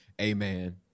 amen